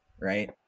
right